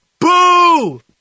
Boo